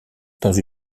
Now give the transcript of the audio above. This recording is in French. dans